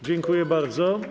Dziękuję bardzo.